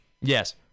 Yes